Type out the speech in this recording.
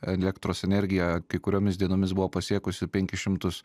elektros energija kai kuriomis dienomis buvo pasiekusi penkis šimtus